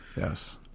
Yes